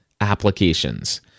applications